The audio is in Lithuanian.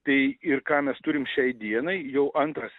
tai ir ką mes turim šiai dienai jau antras